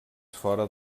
fora